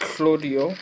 Claudio